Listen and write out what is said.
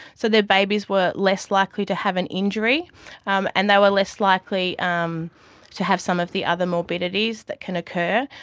so their babies were less likely to have an injury um and they were less likely um to have some of the other morbidities that can occur.